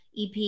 EP